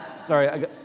sorry